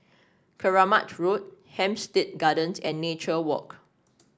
Keramat Road Hampstead Gardens and Nature Walk